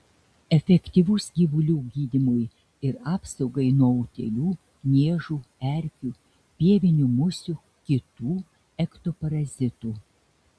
efektyvus gyvulių gydymui ir apsaugai nuo utėlių niežų erkių pievinių musių kitų ektoparazitų